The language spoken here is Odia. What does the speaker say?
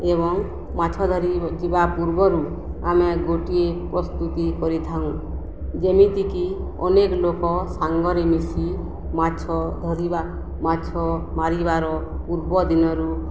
ଏବଂ ମାଛ ଧରିଯିବା ପୂର୍ବରୁ ଆମେ ଗୋଟିଏ ପ୍ରସ୍ତୁତି କରିଥାଉଁ ଯେମିତିକି ଅନେକ ଲୋକ ସାଙ୍ଗରେ ମିଶି ମାଛ ଧରିବା ମାଛ ମାରିବାର ପୂର୍ବଦିନରୁ